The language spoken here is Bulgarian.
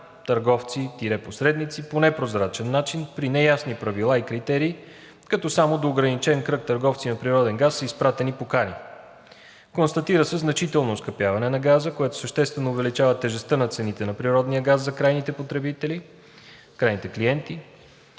търговци – посредници, по непрозрачен начин, при неясни правила и критерии, като само до ограничен кръг търговци на природен газ са изпратени поканите. Констатира се значително оскъпяване на газа, което съществено увеличава тежестта на цените на природния газ за крайните клиенти